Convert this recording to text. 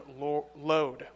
load